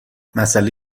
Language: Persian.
مسئله